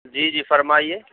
جی جی فرمائیے